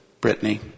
Brittany